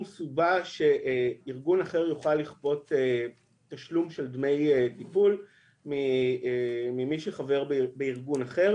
סיבה שארגון אחר יוכל לכפות תשלום של דמי טיפול ממי שחבר בארגון אחר.